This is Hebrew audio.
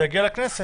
זה יגיע לכנסת.